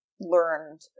learned